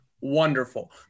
Wonderful